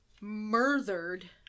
murdered